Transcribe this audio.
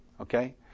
Okay